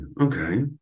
okay